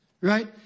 Right